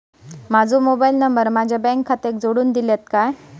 माजो mobile number माझ्या bank खात्याक जोडून दितल्यात काय?